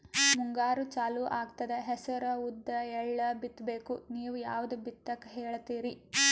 ಮುಂಗಾರು ಚಾಲು ಆಗ್ತದ ಹೆಸರ, ಉದ್ದ, ಎಳ್ಳ ಬಿತ್ತ ಬೇಕು ನೀವು ಯಾವದ ಬಿತ್ತಕ್ ಹೇಳತ್ತೀರಿ?